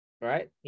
Right